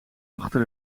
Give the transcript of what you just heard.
achter